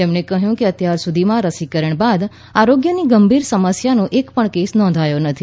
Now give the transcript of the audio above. તેમણે કહ્યું કે અત્યાર સુધીમાં રસીકરણ બાદ આરોગ્યની ગંભીર સમસ્યાનો એકપણ કેસ નોંધાયો નથી